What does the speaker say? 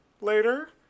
later